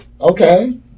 okay